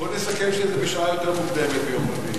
בוא נסכם שזה יהיה בשעה יותר מוקדמת ביום רביעי.